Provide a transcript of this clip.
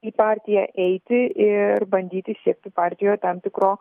į partiją eiti ir bandyti siekti partijoj tam tikro